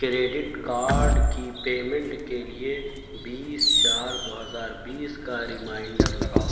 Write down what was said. credit card کی payment کے لیے بیس چار دو ہزار بیس کا ریمائنڈر لگاؤ